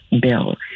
bill